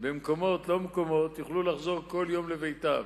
במקומות לא מקומות, יוכלו לחזור כל יום לביתם,